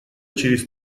через